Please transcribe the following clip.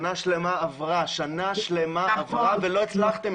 שנה שלמה עברה ולא הצלחתם,